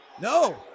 No